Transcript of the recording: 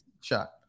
shot